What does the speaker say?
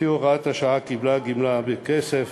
לפי הוראת השעה, קבלת גמלה בכסף